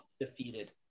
defeated